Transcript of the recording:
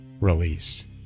release